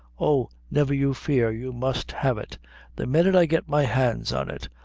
oh, never you fear, you must have it the minnit i get my hands on it,